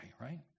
right